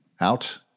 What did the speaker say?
out